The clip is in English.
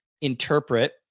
interpret